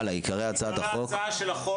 עיקרי הצעת החוק?